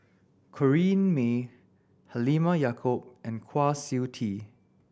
Corrinne May Halimah Yacob and Kwa Siew Tee